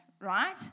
right